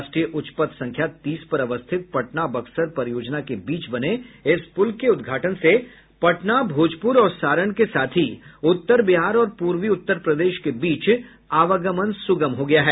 राष्ट्रीय उच्च पथ संख्या तीस पर अवस्थित पटना बक्सर परियोजना के बीच बने इस पुल के उद्घाटन से पटना भोजपुर और सारण के साथ ही उत्तर बिहार और पूर्वी उत्तर प्रदेश के बीच आवागमन सुगम हो गया है